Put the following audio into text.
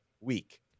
week